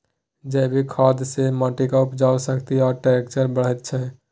जैबिक खाद सँ माटिक उपजाउ शक्ति आ टैक्सचर बढ़ैत छै